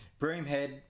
Broomhead